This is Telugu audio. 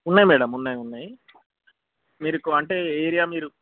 ఉన్నాయి మేడమ్ ఉన్నాయి ఉన్నాయి మీరుకు అంటే ఏరియా మీరు